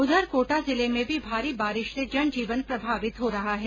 उधर कोटा जिले में भी भारी बारिश से जनजीवन प्रभावित हो रहा है